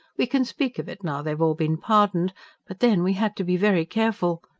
we can speak of it, now they've all been pardoned but then we had to be very careful.